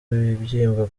ibibyimba